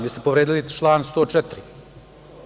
Vi ste povredili član 104.